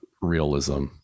realism